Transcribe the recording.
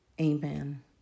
Amen